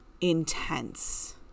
intense